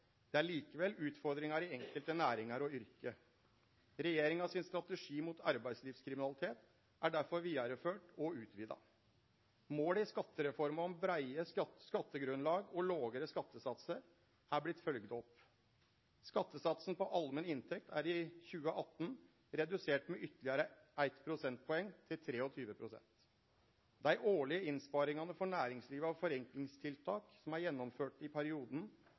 Det er likevel utfordringar i enkelte næringar og yrke. Regjeringa sin strategi mot arbeidslivskriminalitet er derfor vidareført og utvida. Måla i skattereforma om breie skattegrunnlag og lågare skattesatsar har vorte følgde opp. Skattesatsen på allmenn inntekt er i 2018 redusert med ytterlegare eitt prosentpoeng, til 23 pst. Dei årlege innsparingane for næringslivet av forenklingstiltak som er gjennomførte i perioden